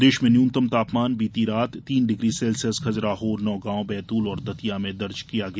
प्रदेश में न्यूनतम तापमान बीती रात तीन डिग्री सेल्सियस खज़ुराहो नौगांव बैतूल और दतिया में दर्ज किया गया